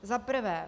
Za prvé.